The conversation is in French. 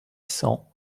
cents